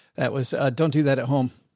that was, don't do that at home.